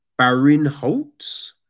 Barinholtz